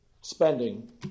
spending